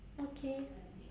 okay